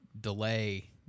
delay